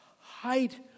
height